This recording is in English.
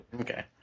Okay